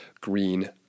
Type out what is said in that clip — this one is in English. green